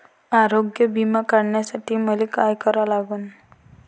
आरोग्य बिमा काढासाठी मले काय करा लागन?